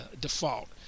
default